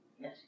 Yes